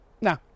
no